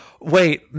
wait